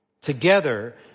Together